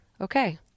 Okay